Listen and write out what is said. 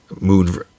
Moon